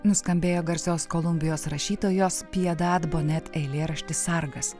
nuskambėjo garsios kolumbijos rašytojos piedadbonet eilėraštis sargas